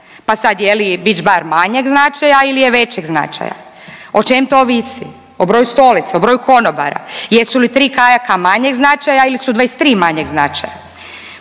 Pa sad, je li beach bar manjeg značaja ili je većeg značaja? O čem to ovisi? O broju stolica, o broju konobara? Jesu li 3 kajaka manjeg značaja ili su 23 manjeg značaja?